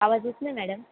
आवाज येत नाही मॅडम